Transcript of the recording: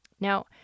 Now